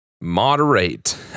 Moderate